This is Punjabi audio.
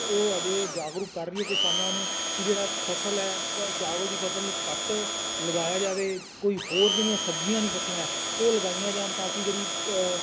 ਉਹ ਅਜੇ ਜਾਗਰੂਕ ਕਰ ਰਹੀ ਹੈ ਕਿਸਾਨਾਂ ਨੂੰ ਕਿ ਜਿਹੜਾ ਫ਼ਸਲ ਹੈ ਅ ਚਾਵਲ ਦੀ ਫ਼ਸਲ ਨੂੰ ਘੱਟ ਲਗਾਇਆ ਜਾਵੇ ਕੋਈ ਹੋਰ ਜਿਹੜੀਆਂ ਸਬਜ਼ੀਆਂ ਦੀ ਫ਼ਸਲ ਹੈ ਉਹ ਲਗਾਈਆਂ ਜਾਣ ਤਾਂ ਕਿ ਜਿਹੜੀ